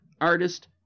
artist